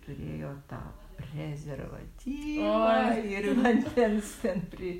turėjo tą prezervatyvą ir vandens ten pri